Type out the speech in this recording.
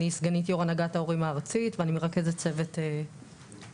אני סגנית יו"ר הנהגת ההורים הארצית ואני מרכזת צוות החמ"ד,